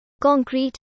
concrete